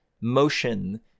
motion